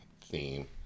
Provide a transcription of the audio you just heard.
theme